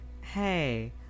hey